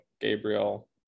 Gabriel